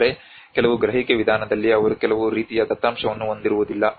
ಆದರೆ ಕೆಲವು ಗ್ರಹಿಕೆ ವಿಧಾನದಲ್ಲಿ ಅವರು ಕೆಲವು ರೀತಿಯ ದತ್ತಾಂಶವನ್ನು ಹೊಂದಿರುವುದಿಲ್ಲ